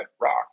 rock